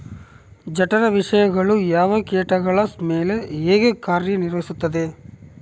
ಜಠರ ವಿಷಯಗಳು ಯಾವ ಕೇಟಗಳ ಮೇಲೆ ಹೇಗೆ ಕಾರ್ಯ ನಿರ್ವಹಿಸುತ್ತದೆ?